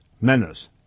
menace